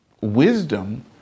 wisdom